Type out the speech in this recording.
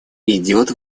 идет